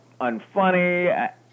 unfunny